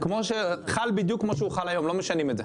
הוא חל בדיוק כמו שהוא חל היום, לא משנים את זה.